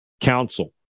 Council